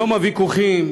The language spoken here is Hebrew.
היום הוויכוחים,